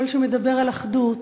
הקול שמדבר על אחדות,